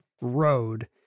road